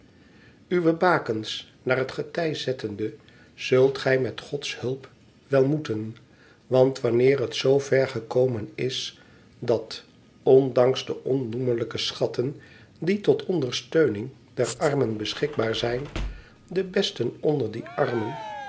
uwe bakens naar het getij zettende zult gij met gods hulp wel moeten want wanneer het z ver gekomen is dat ondanks de onnoemelijke schatten die tot ondersteuning der armen beschikbaar zijn de besten onder die armen